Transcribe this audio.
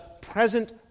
present